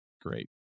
great